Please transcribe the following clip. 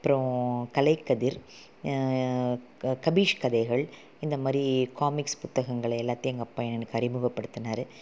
அப்பறம் கலைக்கதிர் கபீஷ் கதைகள் இந்தமாதிரி காமிக்ஸ் புத்தகங்கள் எல்லாத்தையும் எங்கள் அப்பா எனக்கு அறிமுகப்படுத்தினாரு